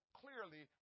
clearly